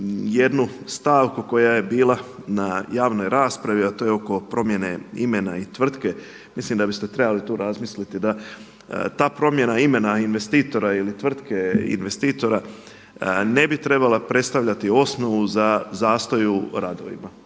jednu stavku koja je bila na javnoj raspravi a to je oko promjene imena i tvrtke. Mislim da biste trebali tu razmisliti da ta promjena imena investitora ili tvrtke investitora ne bi trebala predstavljati za osnovu u zastoju radovima.